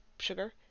Sugar